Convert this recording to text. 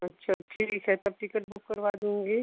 अच्छा ठीक है तब टिकट बुक करवा दूँगी